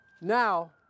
now